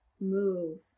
move